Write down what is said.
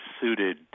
suited